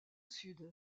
sud